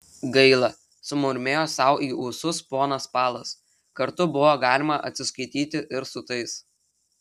gaila sumurmėjo sau į ūsus ponas palas kartu buvo galima atsiskaityti ir su tais